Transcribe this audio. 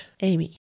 Amy